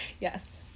Yes